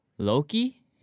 Loki